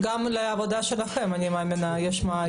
גם לגבי העבודה שלכם אני מאמינה שיש לכם לקחים.